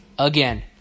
again